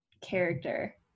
character